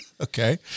Okay